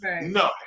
No